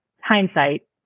hindsight